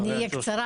אני אהיה קצרה,